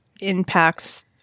impacts –